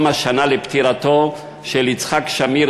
יום השנה לפטירתו של יצחק שמיר,